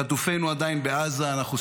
חטופינו עדיין בעזה,